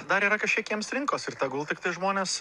dar yra kažkiek jiems rinkos ir tegul tiktai žmonės